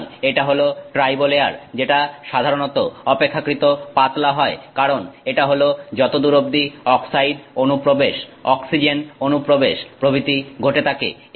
সুতরাং এটা হল ট্রাইবো লেয়ার যেটা সাধারণত অপেক্ষাকৃত পাতলা হয় কারণ এটা হলো যতদূর অব্দি অক্সাইড অনুপ্রবেশ অক্সিজেন অনুপ্রবেশ প্রভৃতি ঘটে থাকে